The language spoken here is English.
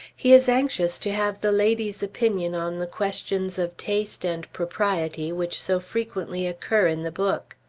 he is anxious to have the lady's opinion on the questions of taste and propriety which so frequently occur in the book.